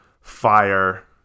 fire